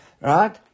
Right